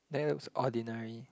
that looks ordinary